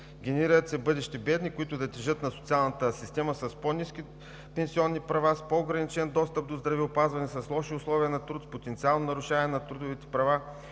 генерират се бъдещи бедни, които да тежат на социалната система с по-ниски пенсионни права, с по-ограничен достъп до здравеопазване, с лоши условия на труд, с потенциално нарушаване на трудовите права.